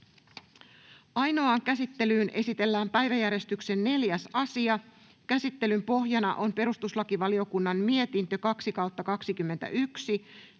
Ainoaan käsittelyyn esitellään päiväjärjestyksen 4. asia. Käsittelyn pohjana on perustuslakivaliokunnan mietintö PeVM